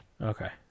Okay